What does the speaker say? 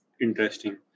Interesting